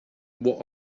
what